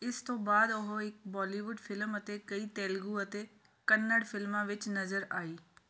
ਇਸ ਤੋਂ ਬਾਅਦ ਉਹ ਇੱਕ ਬਾਲੀਵੁੱਡ ਫ਼ਿਲਮ ਅਤੇ ਕਈ ਤੇਲਗੂ ਅਤੇ ਕੰਨੜ ਫ਼ਿਲਮਾਂ ਵਿੱਚ ਨਜ਼ਰ ਆਈ